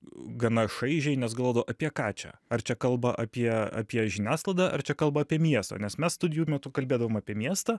gana šaižiai nes galvodavau apie ką čia ar čia kalba apie apie žiniasklaidą ar čia kalba apie miesto nes mes studijų metu kalbėdavom apie miestą